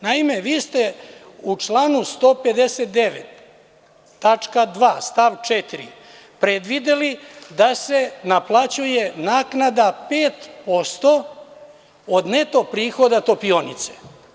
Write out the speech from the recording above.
Naime, vi ste u članu 159. stav 4. tačka 2) predvideli da se naplaćuje naknada 5% od neto prihoda topionice.